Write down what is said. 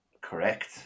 Correct